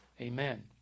amen